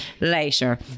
later